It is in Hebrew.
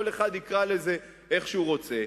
כל אחד יקרא לזה איך שהוא רוצה,